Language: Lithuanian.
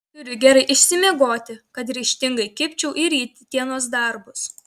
turiu gerai išsimiegoti kad ryžtingai kibčiau į rytdienos darbus